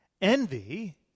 Envy